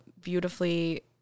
beautifully